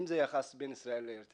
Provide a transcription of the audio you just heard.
אם זה היחסים בין ישראל לאריתריאה